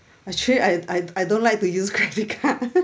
actually I I I don't like to use credit card